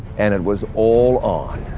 and it was all on.